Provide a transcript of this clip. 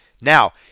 Now